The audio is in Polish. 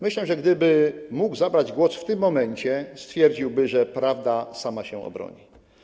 Myślę, że gdyby mógł zabrać w tym momencie głos, stwierdziłby, że prawda sama się obroni.